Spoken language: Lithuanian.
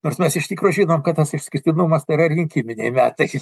nors mes iš tikro žinom kad tas išskirtinumas tai yra rinkiminiai metai